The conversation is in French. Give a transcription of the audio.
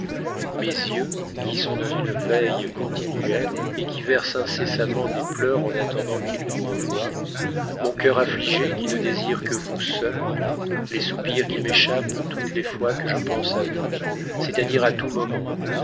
mes yeux qui sont dans une veille continuelle et qui versent incessamment des pleurs en attendant qu'ils vous revoient mon cœur adigé qui ne désire que vous seul les soupirs qui m'échappent toutes les fois que je pense à vous c'est-àdire à tout moment